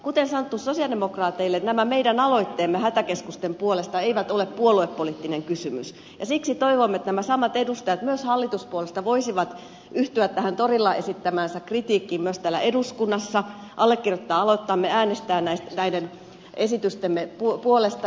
kuten sanottu sosialidemokraateille nämä meidän aloitteemme hätäkeskusten puolesta eivät ole puoluepoliittinen kysymys ja siksi toivomme että nämä samat edustajat myös hallituspuolueista voisivat yhtyä tähän torilla esittämäänsä kritiikkiin myös täällä eduskunnassa allekirjoittaa aloitteemme äänestää näiden esitystemme puolesta